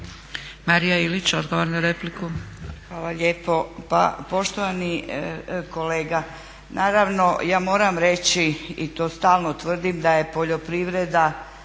Marija Ilić, odgovor na repliku. **Ilić, Marija (HSU)** Hvala lijepo. Pa poštovani kolega, naravno ja moram reći i to stalno tvrdim da je poljoprivreda